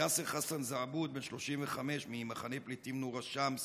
ויאסר חסן זעבוט, בן 35 ממחנה הפליטים נור א-שמס,